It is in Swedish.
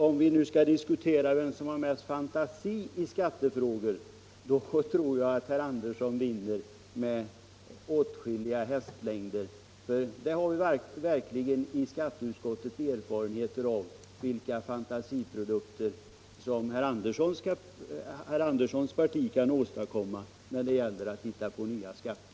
Om vi nu skall diskutera vem som har mest fantasi i skattefrågor, tror jag man kan säga att herr Andersson vinner med åtskilliga hästlängder. I skatteutskottet har vi verkligen erfarenhet av vilka fantasiprodukter som herr Anderssons parti kan åstadkomma när det gäller att hitta på nya skatter.